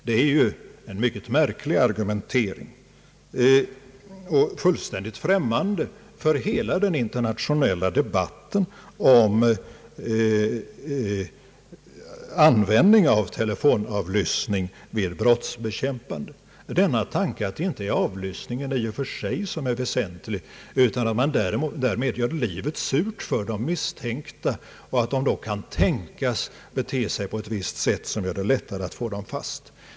Det är en mycket märklig argumentering, som är fullständigt främmande för hela den internationella debatten om användning av = telefonavlyssning vid brottsbekämpande. Man tänker sig att det inte är avlyssningen i och för sig som är väsentlig, utan att man därmed gör livet surt för de misstänkta, och att det då är möjligt att de beter sig på ett visst sätt, som gör det lättare att få dem fast.